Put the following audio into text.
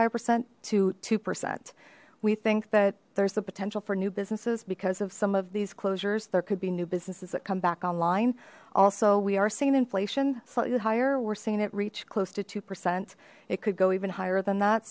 five percent to two percent we think that there's the potential for new businesses because of some of these closures there could be new businesses that come back online also we are seeing inflation slightly higher we're seeing it reach close to two percent it could go even higher than that